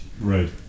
Right